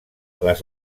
les